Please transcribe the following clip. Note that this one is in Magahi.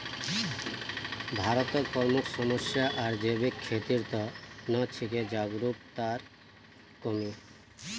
भारतत प्रमुख समस्या आर जैविक खेतीर त न छिके जागरूकतार कमी